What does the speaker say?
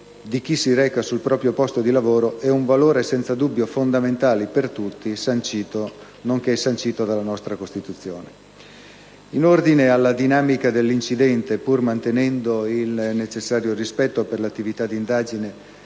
In ordine alla dinamica dell'incidente, pur mantenendo il necessario rispetto per l'attività d'indagine